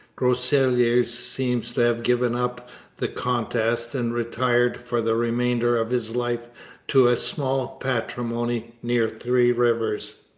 groseilliers seems to have given up the contest and retired for the remainder of his life to a small patrimony near three rivers.